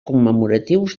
commemoratius